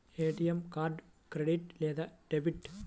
ATM card credit లేదా debit?